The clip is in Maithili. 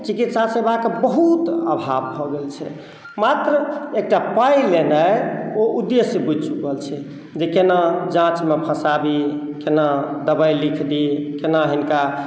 चिकित्सा सेवाके बहुत अभाव भऽ गेल छै मात्र एकटा पाइ लेनाइ ओ उदेश्य भऽ चुकल छै जे केना जाँचमे फँसाबी केना दबाइ लिख दी केना हिनका